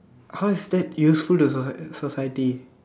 how is that useful the socie~ the society